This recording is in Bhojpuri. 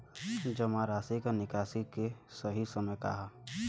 जमा राशि क निकासी के सही समय का ह?